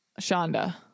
Shonda